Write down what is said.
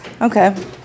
Okay